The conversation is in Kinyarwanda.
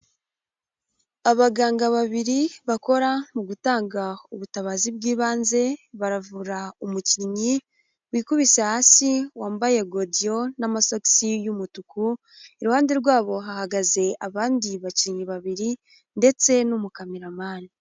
Abaganga babiri bakora mu gutanga ubutabazi bw'ibanze, baravura umukinnyi wikubise hasi, wambaye godiyo n'amasogisi y'umutuku, iruhande rwabo hahagaze abandi bakinnyi babiri ndetse n'umukameramani.